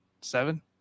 seven